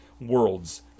worlds